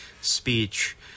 speech